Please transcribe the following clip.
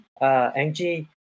Angie